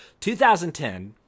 2010